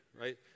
right